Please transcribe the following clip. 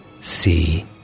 see